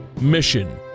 Mission